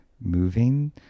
moving